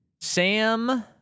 Sam